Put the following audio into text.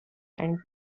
and